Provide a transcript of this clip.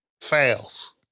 fails